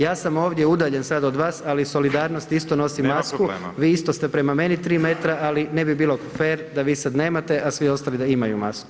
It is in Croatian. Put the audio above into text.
Ja sam ovdje udaljen sad od vas, ali iz solidarnosti isto nosim masku, vi isto ste prema meni 3 metra, ali ne bi bilo fer da vi sad nemate, a svi ostali da imaju masku.